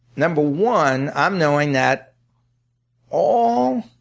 number one, i'm knowing that all